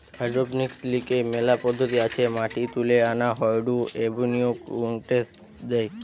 hydroponics লিগে মেলা পদ্ধতি আছে মাটি তুলে আনা হয়ঢু এবনিউট্রিয়েন্টস দেয়